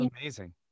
amazing